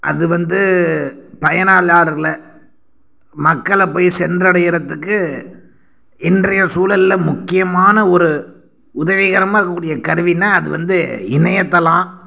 அது வந்து பயனாளியாடர்ல மக்களை போய் சென்றடையிறத்துக்கு இன்றைய சூழலில் முக்கியமான ஒரு உதவிகரமாக இருக்கக்கூடிய கருவின்னா அது வந்து இணையதளம்